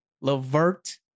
Levert